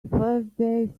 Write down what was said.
thursday